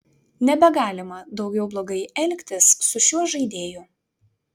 nebegalima daugiau blogai elgtis su šiuo žaidėju